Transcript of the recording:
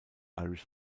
irish